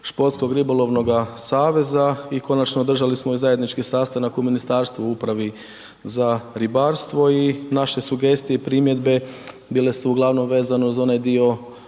športskog ribolovnoga saveza i konačno, održali smo zajednički sastanak u ministarstvu u Upravi za ribarstvo i naše sugestije i primjedbe bile su uglavnom vezano za onaj dio